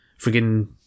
friggin